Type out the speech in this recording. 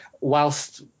whilst